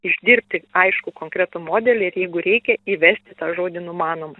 išdirbti aiškų konkretų modelį ir jeigu reikia įvesti tą žodį numanomas